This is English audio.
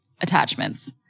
attachments